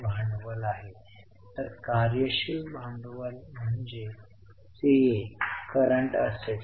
मला आशा आहे की आता तुम्हाला मूलभूत आर्थिक स्टेटमेंट्स स्पष्ट होतील